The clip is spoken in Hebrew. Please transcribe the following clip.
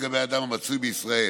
הן לגבי אדם המצוי בישראל